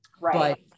right